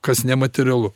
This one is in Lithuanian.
kas nematerialu